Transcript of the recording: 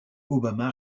obama